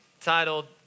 titled